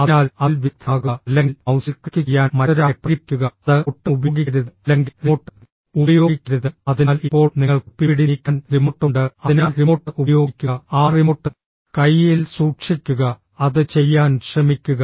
അതിനാൽ അതിൽ വിദഗ്ദ്ധനാകുക അല്ലെങ്കിൽ മൌസിൽ ക്ലിക്കുചെയ്യാൻ മറ്റൊരാളെ പ്രേരിപ്പിക്കുക അത് ഒട്ടും ഉപയോഗിക്കരുത് അല്ലെങ്കിൽ റിമോട്ട് ഉപയോഗിക്കരുത് അതിനാൽ ഇപ്പോൾ നിങ്ങൾക്ക് പിപിടി നീക്കാൻ റിമോട്ട് ഉണ്ട് അതിനാൽ റിമോട്ട് ഉപയോഗിക്കുക ആ റിമോട്ട് കയ്യിൽ സൂക്ഷിക്കുക അത് ചെയ്യാൻ ശ്രമിക്കുക